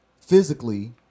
physically